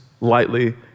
lightly